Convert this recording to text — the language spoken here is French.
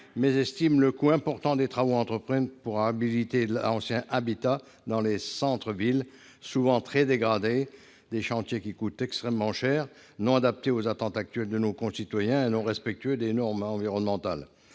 mésestime le coût important des travaux à entreprendre pour réhabiliter l'habitat ancien dans les centres-villes. Cet habitat est souvent très dégradé- les chantiers coûtent extrêmement cher -, inadapté aux attentes actuelles de nos concitoyens et non respectueux des normes environnementales.